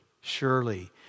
surely